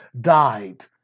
died